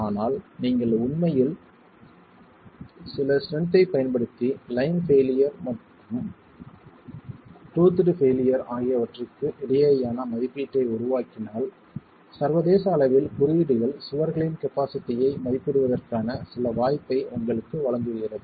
ஆனால் நீங்கள் உண்மையில் சில ஸ்ட்ரென்த்தைப் பயன்படுத்தி லைன் பெயிலியர் மற்றும் டூத்ட் பெயிலியர் ஆகியவற்றுக்கு இடையேயான மதிப்பீட்டை உருவாக்கினால் சர்வதேச அளவில் குறியீடுகள் சுவர்களின் கப்பாசிட்டியை மதிப்பிடுவதற்கான சில வாய்ப்பை உங்களுக்கு வழங்குகிறது